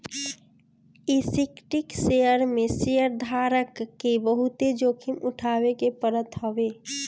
equity share में शेयरधारक के बहुते जोखिम उठावे के पड़त हवे